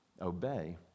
obey